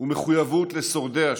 ומחויבות לשורדי השואה.